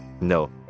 No